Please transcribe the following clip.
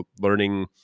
learning